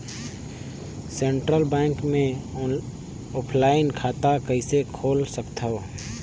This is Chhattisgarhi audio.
सेंट्रल बैंक मे ऑफलाइन खाता कइसे खोल सकथव?